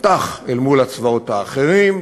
פתח אל מול הצבאות האחרים,